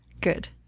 Good